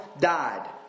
died